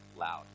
loud